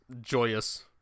joyous